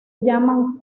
llaman